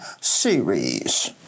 series